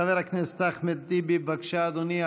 חבר הכנסת אחמד טיבי, בבקשה, אדוני.